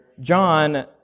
John